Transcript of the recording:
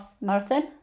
marathon